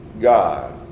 God